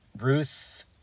Ruth